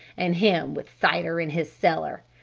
and him with cider in his cellar.